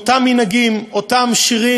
עם אותם מנהגים, אותם שירים.